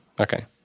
Okay